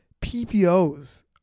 PPO's